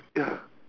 ya